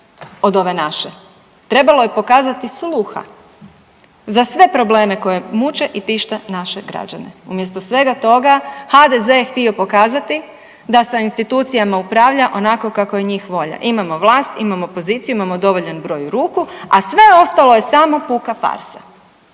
od ove naše. Trebalo je pokazati sluha za sve probleme koje muče i tište naše građane, umjesto svega toga HDZ je htio pokazati da sa institucijama upravlja onako kako je njih volja. Imamo vlast, imamo poziciju, imamo dovoljan broj ruku, a sve ostalo je samo puka farsa.